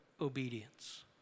obedience